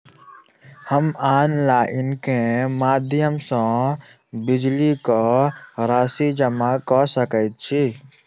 हम ऑनलाइन केँ माध्यम सँ बिजली कऽ राशि जमा कऽ सकैत छी?